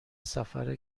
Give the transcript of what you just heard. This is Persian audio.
سفر